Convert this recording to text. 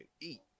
eat